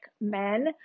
men